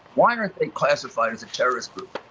why aren't they classified as a terrorist group?